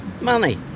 money